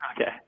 okay